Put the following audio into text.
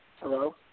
Hello